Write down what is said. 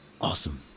awesome